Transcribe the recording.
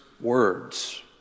words